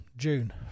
June